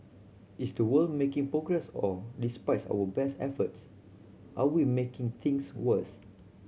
is the world making progress or despite our best efforts are we making things worse